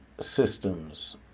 systems